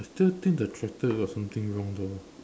I still think the tractor got something wrong though